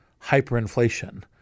hyperinflation